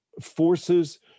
forces